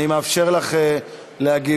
אני מאפשר לך להגיב,